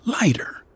lighter